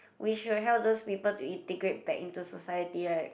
we should help those people to integrate back into society right